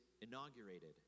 inaugurated